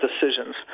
decisions